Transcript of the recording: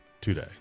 today